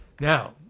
Now